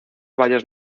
valles